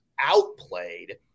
outplayed